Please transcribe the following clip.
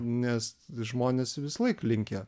nes žmonės visąlaik linkę